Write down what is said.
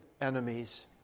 enemies